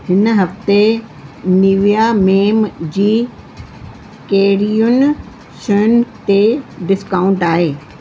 हिन हफ़्ते Nivea men जी कहिड़ियुनि शयुनि ते डिस्काउंट आहे